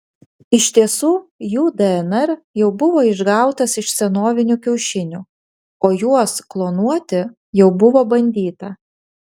iš tiesų jų dnr jau buvo išgautas iš senovinių kiaušinių o juos klonuoti jau buvo bandyta